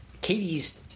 Katie's